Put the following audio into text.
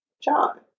John